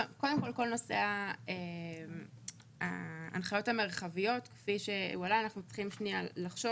קודם כל כל נושא ההנחיות המרחביות כפי שהועלה אנחנו צריכים לחשוב